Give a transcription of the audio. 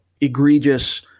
egregious